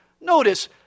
Notice